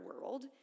world